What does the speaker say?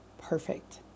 perfect